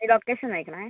ഈ ലൊക്കേഷൻ ഒന്ന് അയയ്ക്കണേ